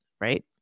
right